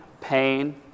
pain